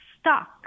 stuck